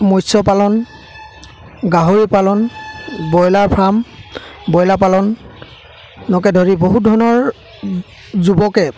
মৎস্য পালন গাহৰি পালন ব্ৰইলাৰ ফাৰ্ম ব্ৰইলাৰ পালনকে ধৰি বহুত ধৰণৰ যুৱকে